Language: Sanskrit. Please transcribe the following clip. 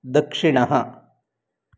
दक्षिणः